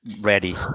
ready